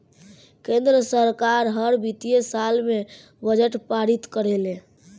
केंद्र सरकार हर वित्तीय साल में बजट पारित करेले